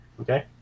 Okay